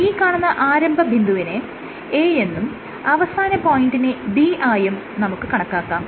ഈ കാണുന്ന ആരംഭ ബിന്ദുവിനെ A എന്നും അവസാന പോയിന്റിനെ B യായും നമുക്ക് കണക്കാക്കാം